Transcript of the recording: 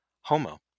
Homo